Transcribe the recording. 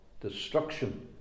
destruction